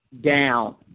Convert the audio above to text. down